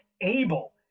able